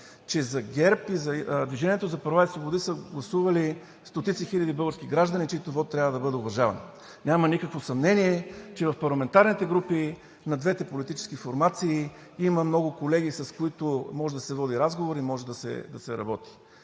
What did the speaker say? че за ГЕРБ и за „Движението за права и свободи“ са гласували стотици хиляди български граждани, чийто вот трябва да бъде уважаван. Няма никакво съмнение, че в парламентарните групи на двете политически формации има много колеги, с които може да се води разговор и може да се работи.